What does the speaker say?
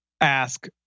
ask